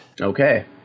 Okay